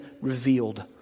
revealed